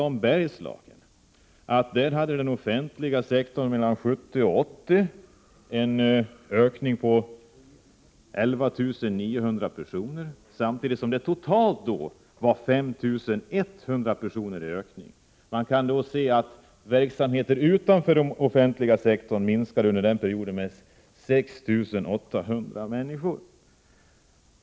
Om Bergslagen kan man läsa att den offentliga sektorn mellan åren 1970 och 1980 ökade med 11 900 personer, samtidigt som det totalt var 5 100 personer i ökning. Man kan alltså se att verksamheten utanför den offentliga sektorn under perioden minskade med 6 800 människor.